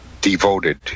devoted